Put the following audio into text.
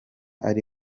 ari